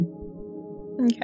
Okay